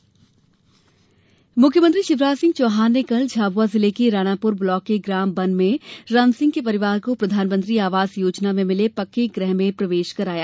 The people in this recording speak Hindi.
मुख्यमंत्री आवास मुख्यमंत्री शिवराज सिंह चौहान ने कल झाबुआ जिले के राणापुर ब्लॉक के ग्राम बन में रामसिंह के परिवार को प्रधानमंत्री आवास योजना में मिले पक्के घर में गृह प्रवेश करवाया